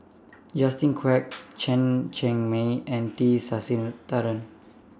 Justin Quek Chen Cheng Mei and T Sasitharan